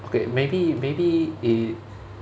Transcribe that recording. okay maybe maybe it